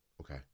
Okay